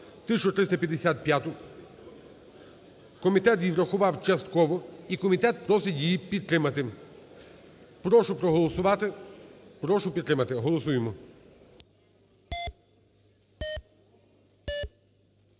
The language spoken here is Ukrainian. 1355. Комітет її врахував частково і комітет просить її підтримати. Прошу проголосувати, прошу підтримати. Голосуємо.